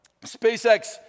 SpaceX